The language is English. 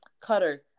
Cutters